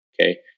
Okay